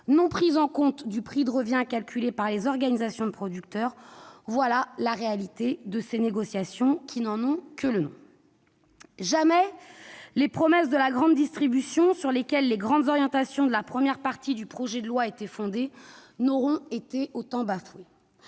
non prise en compte du prix de revient calculé par les organisations de producteurs. Telle est la réalité de ces négociations qui n'en ont que le nom ! Jamais les promesses de la grande distribution, sur lesquelles les grandes orientations de la première partie du projet de loi étaient fondées, n'auront autant été bafouées.